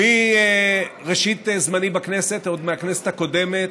מראשית זמני בכנסת, עוד מהכנסת הקודמת,